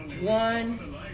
one